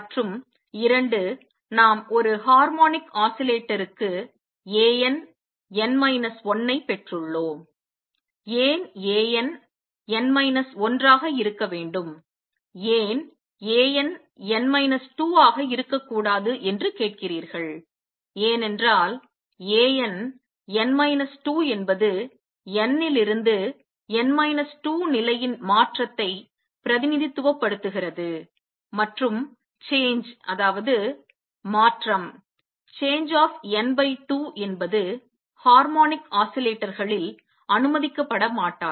மற்றும் இரண்டு நாம் ஒரு ஹார்மோனிக் ஆஸிலேட்டருக்கு A n n மைனஸ் 1 ஐப் பெற்றுள்ளோம் ஏன் A n n மைனஸ் 1 ஆக இருக்க வேண்டும் ஏன் A n n மைனஸ் 2 ஆக இருக்கக் கூடாது என்று கேட்கிறீர்கள் ஏனென்றால் A n n மைனஸ் 2 என்பது n லிருந்து n மைனஸ் 2 நிலையின் மாற்றத்தை பிரதிநிதித்துவப்படுத்துகிறது மற்றும் சேஞ்ச் மாற்றம் ஆப் n by 2 என்பது ஹார்மோனிக் ஆஸிலேட்டர்களில் அனுமதிக்கப்படமாட்டாது